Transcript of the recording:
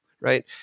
Right